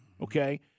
okay